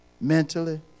Mentally